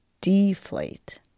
deflate